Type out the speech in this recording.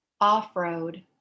off-road